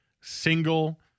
single